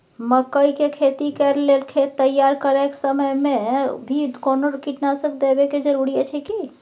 मकई के खेती कैर लेल खेत तैयार करैक समय मे भी कोनो कीटनासक देबै के जरूरी अछि की?